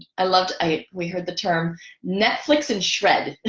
i loved i we heard the term netflix and shred